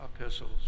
epistles